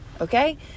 okay